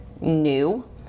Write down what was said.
new